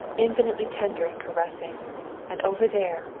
infinitely tender and caressing and over there,